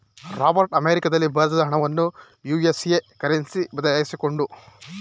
Robert ಅಮೆರಿಕದಲ್ಲಿ ಭಾರತದ ಹಣವನ್ನು ಯು.ಎಸ್.ಎ ಕರೆನ್ಸಿಗೆ ಬದಲಾಯಿಸಿಕೊಂಡ